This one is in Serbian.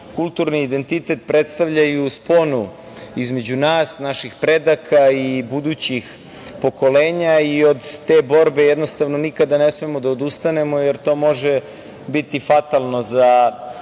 kulturni identitet predstavljaju sponu između nas, naših predaka i budućih pokolenja i od te borbe jednostavno nikada ne smemo da odustanemo, jer to može biti fatalno za